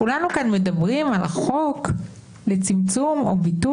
כולנו כאן מדברים החוק לצמצום או ביטול